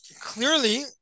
clearly